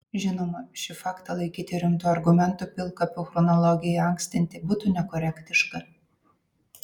žinoma šį faktą laikyti rimtu argumentu pilkapių chronologijai ankstinti būtų nekorektiška